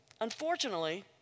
Unfortunately